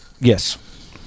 Yes